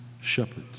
shepherds